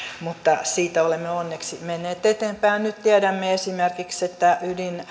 mutta siitä olemme onneksi menneet eteenpäin nyt tiedämme esimerkiksi että